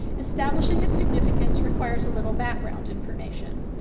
establishing its significance requires a little background information.